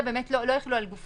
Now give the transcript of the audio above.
באמת לא החילו על גופי